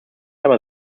aber